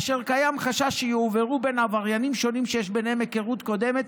אשר קיים חשש שיועברו בין עבריינים שונים שיש ביניהם היכרות קודמת,